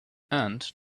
and